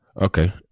Okay